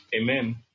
amen